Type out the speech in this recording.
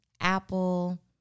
Apple